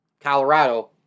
Colorado